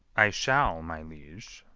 i shall, my liege.